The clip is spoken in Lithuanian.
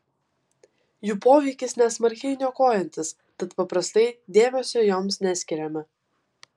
jų poveikis nesmarkiai niokojantis tad paprastai dėmesio joms neskiriame